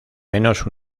menos